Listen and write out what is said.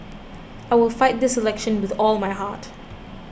I will fight this election with all my heart